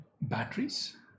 batteries